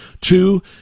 two